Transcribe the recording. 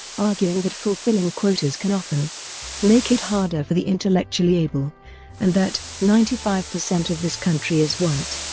arguing that fulfilling quotas can often make it harder for the intellectually able and that ninety-five per cent of this country is white.